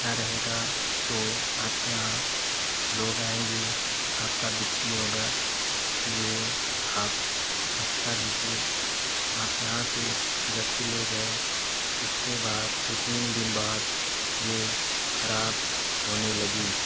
अच्छ रहेगा तो आपके यहाँ लोग आएंगे आपका बिक्री होगा इसीलिए आप अच्छा दीजिए आपके यहाँ से जब से ले गए हैं उसके बाद दो तीन दिन बाद ये खराब होने लगी